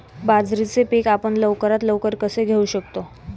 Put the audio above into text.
बाजरीचे पीक आपण लवकरात लवकर कसे घेऊ शकतो?